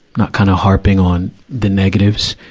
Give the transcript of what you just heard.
not kind of harping on the negatives.